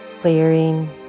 clearing